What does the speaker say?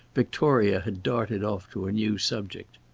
victoria had darted off to a new subject.